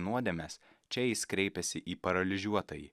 nuodėmes čia jis kreipiasi į paralyžiuotąjį